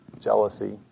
jealousy